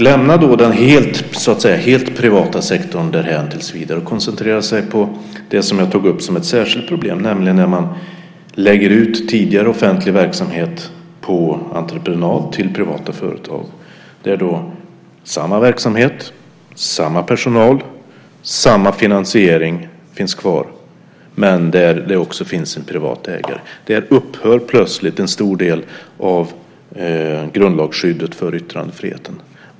Låt oss lämna den helt privata sektorn därhän tills vidare och koncentrera oss på det som jag tog upp som ett särskilt problem, nämligen när man lägger ut tidigare offentlig verksamhet på entreprenad till privata företag, där det är samma verksamhet, samma personal, samma finansiering men där det också finns en privat ägare. Där upphör plötsligt en stor del av grundlagsskyddet för yttrandefriheten.